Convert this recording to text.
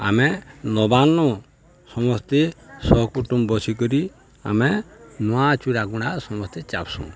ଆମେ ନବାନ୍ନ ସମସ୍ତେ ସହକୁଟୁମ୍ ବସିକରି ଆମେ ନୂଆ ଚୂରା ଗୁଣ୍ଡା ସମସ୍ତେ ଚାପ୍ସୁଁ